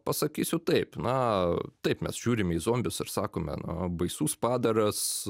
pasakysiu taip na taip mes žiūrime į zombius ir sakome na baisus padaras